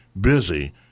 busy